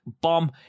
bomb